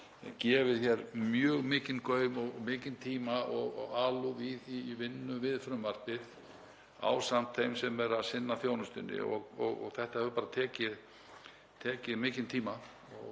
gefið þessu mjög mikinn gaum og lagt mikinn tíma og alúð í vinnu við frumvarpið ásamt þeim sem eru að sinna þjónustunni, hefur bara tekið mikinn tíma